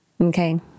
Okay